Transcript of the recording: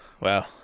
Wow